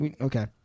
Okay